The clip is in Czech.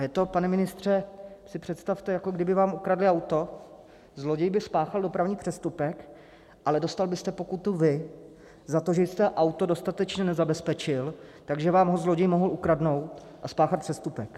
Je to, pane ministře, představte si, jako kdyby vám ukradli auto, zloděj by spáchal dopravní přestupek, ale dostal byste pokutu vy za to, že jste auto dostatečně nezabezpečil, takže vám ho zloději mohou ukradnout a spáchat přestupek.